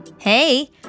Hey